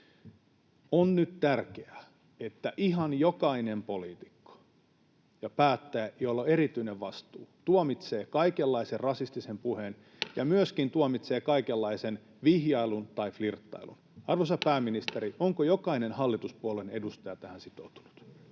On nyt tärkeää, että ihan jokainen poliitikko ja päättäjä, joilla on erityinen vastuu, tuomitsee kaikenlaisen rasistisen puheen ja myöskin tuomitsee kaikenlaisen vihjailun tai flirttailun. Arvoisa pääministeri, onko jokainen hallituspuolueen edustaja tähän sitoutunut?